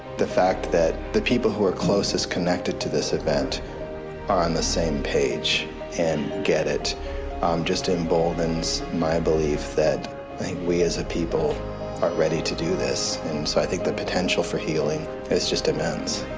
the fact that the people who are closest connected to this event are on the same page and get it just emboldens my belief that i think we as a people are ready to do this. and so i think the potential for healing is just immense.